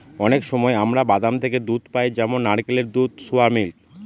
অনেক সময় আমরা বাদাম থেকে দুধ পাই যেমন নারকেলের দুধ, সোয়া মিল্ক